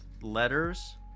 letters